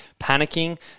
panicking